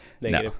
no